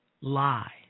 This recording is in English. lie